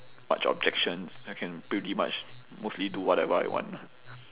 much objections I can pretty much mostly do whatever I want